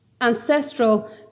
ancestral